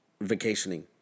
vacationing